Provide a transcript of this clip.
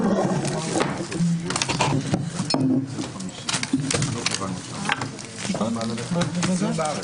הישיבה ננעלה בשעה 15:45.